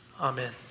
Amen